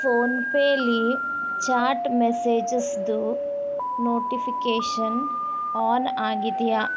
ಫೋನ್ಪೇಲ್ಲಿ chat ಮೆಸೇಜಸ್ದು notification on ಆಗಿದೆಯಾ